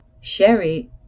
Sherry